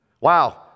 Wow